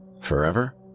forever